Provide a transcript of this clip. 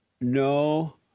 No